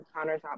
countertop